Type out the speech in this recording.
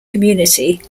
community